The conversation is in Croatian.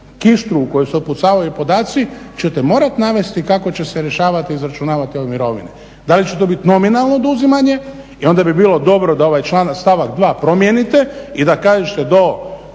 kištru u koju se upucavaju podaci ćete morat navesti kako će se rješavat i izračunavat ove mirovine, da li će to bit nominalno oduzimanje i onda bi bilo dobro da ovaj stavak 2. promijenite i da kažete do